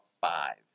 five